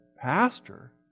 Pastor